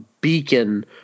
beacon